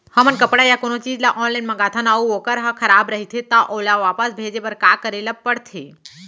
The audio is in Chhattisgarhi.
हमन कपड़ा या कोनो चीज ल ऑनलाइन मँगाथन अऊ वोकर ह खराब रहिये ता ओला वापस भेजे बर का करे ल पढ़थे?